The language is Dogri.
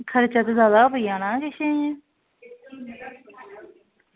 खर्चा किश जादै पेई जाना इंया किश